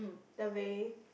the way